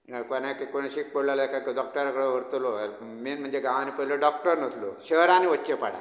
कोणाकय कोण शीक पडलो जाल्यार डॉक्टरा कडेन व्हरतलो मैन म्हणजे गांवानी पयलो डॉक्टर नासलो शहरांनी वच्चें पड